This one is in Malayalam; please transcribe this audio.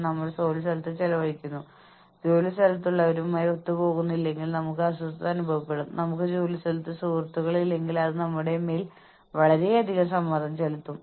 അതിനാൽ ഞങ്ങൾ ഒരു മനഃശാസ്ത്രപരമായ കരാറിനെക്കുറിച്ച് സംസാരിക്കുമ്പോൾ ഞങ്ങൾക്ക് തോന്നുന്നു നിങ്ങൾക്കറിയാമോ ഒരു വ്യക്തി ഉയർന്ന പ്രകടനക്കാരനാണെങ്കിൽ പ്രതികൂല സാഹചര്യങ്ങളിൽപ്പോലും ആ വ്യക്തി ഉയർന്ന പ്രകടനം തുടരും